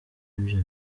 ibyo